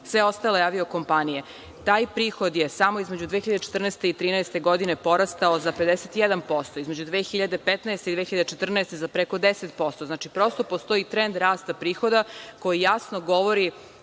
sve ostale avio kompanije. Taj prihod je samo između 2014. i 2013. godine porastao za 51%, a između 2015. i 2014. godine za preko 10%. Znači, prosto postoji trend rasta prihoda koji jasno govori